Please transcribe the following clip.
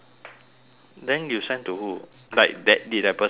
then you send to who like that did that person reply